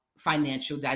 financial